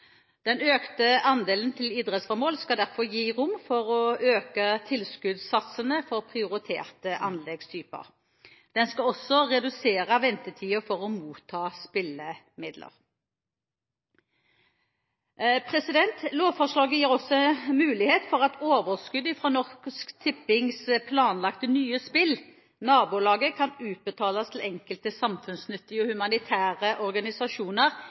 Den økte andelen til idrettsformål skal derfor gi rom for å øke tilskuddssatsene for prioriterte anleggstyper. Den skal også redusere ventetiden for å motta spillemidler. Lovforslaget gir også en mulighet for at overskuddet fra Norsk Tippings planlagte nye spill, Nabolaget, kan utbetales til enkelte samfunnsnyttige og humanitære organisasjoner